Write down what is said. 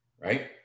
right